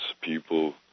people